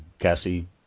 Cassie